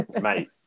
Mate